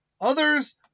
Others